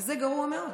וזה גרוע מאוד.